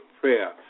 prayer